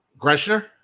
Greshner